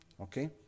Okay